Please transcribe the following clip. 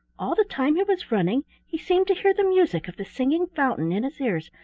all the time he was running he seemed to hear the music of the singing fountain in his ears,